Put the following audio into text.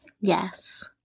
Yes